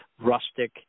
rustic